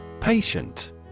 Patient